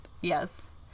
Yes